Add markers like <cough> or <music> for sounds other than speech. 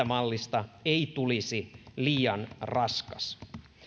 <unintelligible> mallista ei tulisi liian raskas